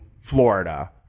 Florida